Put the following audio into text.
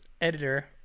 editor